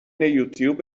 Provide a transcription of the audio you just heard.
یوتوب